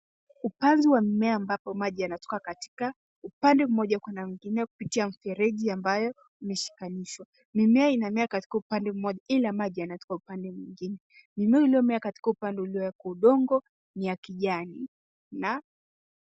Upanzi wa mimea ambapo maji yanatoka katika upande mmoja kuna mwingine kupitia mifereji ambayo imeshikanishwa. Mimea inamea katika upande mmoja ila maji yanatoka upande mwingine. Mimea iliyomea katika upande ulio udongo ni ya kijani.